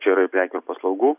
čia yra ir prekių ir paslaugų